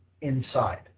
inside